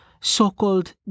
so-called